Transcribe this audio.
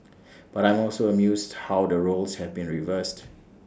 but I am also amused how the roles have been reversed